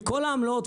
מכל העמלות,